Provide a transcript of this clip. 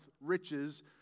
riches